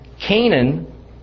Canaan